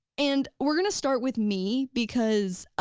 and we're gonna start with me, because